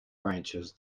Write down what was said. branches